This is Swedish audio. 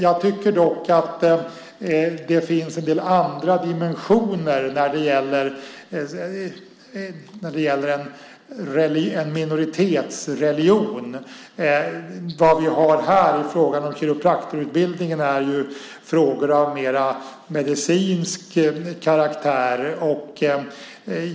Jag tycker dock att det finns en del andra dimensioner när det gäller en minoritetsreligion. Frågan här om kiropraktorutbildningen är en fråga av mer medicinsk karaktär.